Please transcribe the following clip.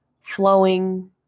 flowing